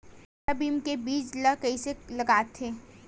Soybean के बीज ल कइसे लगाथे?